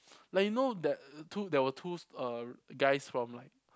like you know the there were two uh guys from like